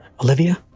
Olivia